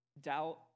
doubt